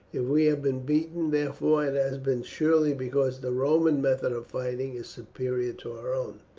if we have been beaten, therefore, it has been surely because the roman method of fighting is superior to our own.